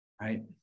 right